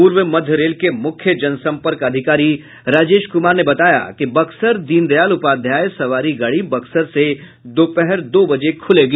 पूर्व मध्य रेल के मुख्य जनसंपर्क अधिकारी राजेश कुमार ने बताया कि बक्सर दीनदयाल उपाध्याय सवारी गाड़ी बक्सर से दोपहर दो बजे खुलेगी